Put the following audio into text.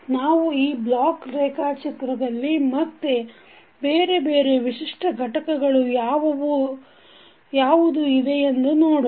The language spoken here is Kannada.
ನಾವು ಈ ಬ್ಲಾಕ್ ರೇಖಾಚಿತ್ರದಲ್ಲಿ ಮತ್ತೆ ಬೇರೆ ಬೇರೆ ವಿಶಿಷ್ಟ ಘಟಕಗಳು ಯಾವುದು ಇದೆಯೆಂದು ನೋಡೋಣ